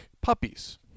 puppies